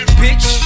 bitch